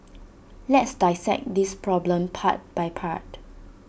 let's dissect this problem part by part